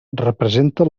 representa